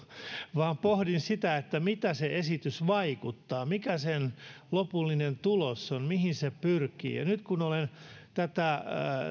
vaan pohdin sitä miten se esitys vaikuttaa mikä sen lopullinen tulos on mihin se pyrkii ja nyt kun olen tätä